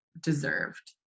deserved